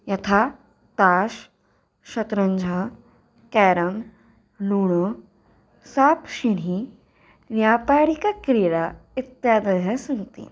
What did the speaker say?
यथा ताश् शतरञ्झः क्यारम् लूडो साप् शीढि व्यापारिक क्रीडा इत्यादयः सन्ति